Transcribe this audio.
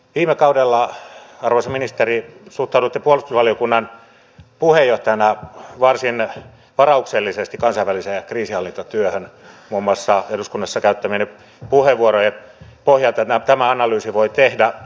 viime kaudella arvoisa ministeri suhtauduitte puolustusvaliokunnan puheenjohtajana varsin varauksellisesti kansainväliseen kriisinhallintatyöhön muun muassa eduskunnassa käyttämienne puheenvuorojen pohjalta tämän analyysin voi tehdä